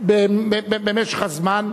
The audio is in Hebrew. במשך הזמן,